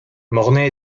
mornay